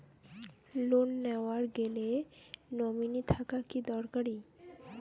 Loan নেওয়ার গেলে nominee থাকা কি দরকারী?